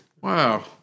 Wow